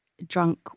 Drunk